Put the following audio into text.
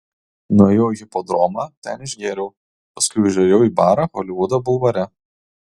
nuėjau į hipodromą ten išgėriau paskui užėjau į barą holivudo bulvare